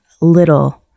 little